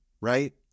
right